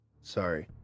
Sorry